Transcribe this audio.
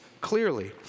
clearly